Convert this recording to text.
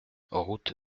route